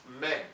men